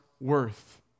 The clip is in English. worth